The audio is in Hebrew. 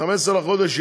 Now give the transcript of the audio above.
ב-15 לחודש,